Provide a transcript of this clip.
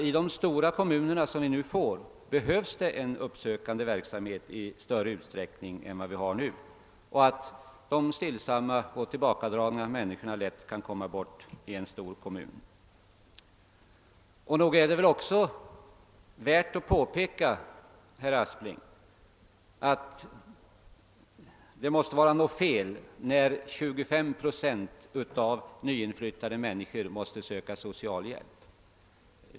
I de stora kommuner vi nu får behövs en uppsökande verksamhet i större utsträckning än tidigare; de stillsamma och tillbakadragna människorna kan lätt komma bort i en stor kommun. Nog är det värt att påpeka, herr Aspling, att det måste föreligga något fel när 25 procent av de nyinflyttade i en kommun måste söka socialhjälp.